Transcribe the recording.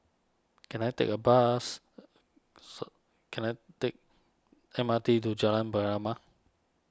can I take a bus can I take M R T to Jalan